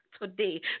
today